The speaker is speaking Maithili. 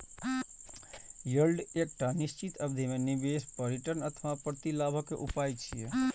यील्ड एकटा निश्चित अवधि मे निवेश पर रिटर्न अथवा प्रतिलाभक उपाय छियै